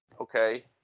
Okay